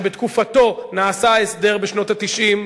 שבתקופתו נעשה ההסדר בשנות ה-90.